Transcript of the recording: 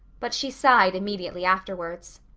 but she sighed immediately afterwards.